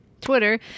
Twitter